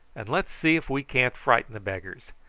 and let's see if we can't frighten the beggars.